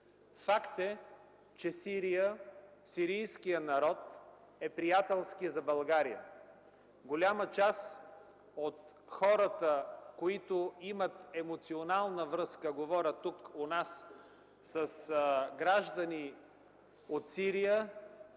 Факт е, че Сирия, сирийският народ е приятелски за България. Голяма част от хората, които имат емоционална връзка – говоря тук, у нас, с граждани от Сирия,